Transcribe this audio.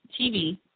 TV